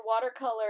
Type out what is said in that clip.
watercolor